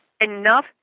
enough